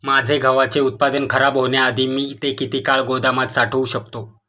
माझे गव्हाचे उत्पादन खराब होण्याआधी मी ते किती काळ गोदामात साठवू शकतो?